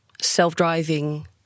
self-driving